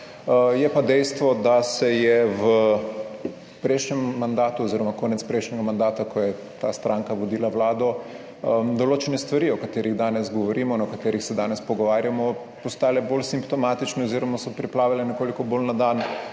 je pa dejstvo, da se je v prejšnjem mandatu oziroma konec prejšnjega mandata, ko je ta stranka vodila Vlado, določene stvari, o katerih danes govorimo in o katerih se danes pogovarjamo, postale bolj simptomatične oziroma so priplavale nekoliko bolj na dan,